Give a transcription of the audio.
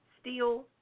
steel